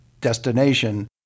destination